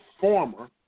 former